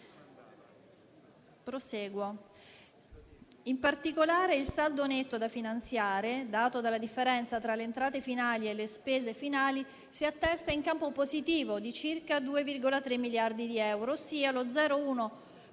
In particolare, il saldo netto da finanziare, dato dalla differenza tra le entrate finali e le spese finali, si attesta in campo positivo, di circa 2,3 miliardi di euro, ossia lo 0,1